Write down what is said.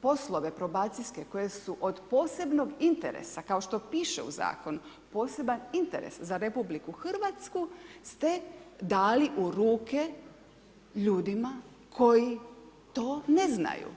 poslove probacijske, koji su od posebnog interesa, kao što pište u zakonu, poseban interes za Republiku Hrvatsku ste dali u ruke ljudima koji to ne znaju.